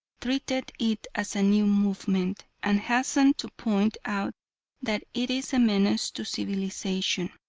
treated it as a new movement, and hastened to point out that it is a menace to civilisation.